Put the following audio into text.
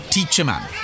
Teacher-man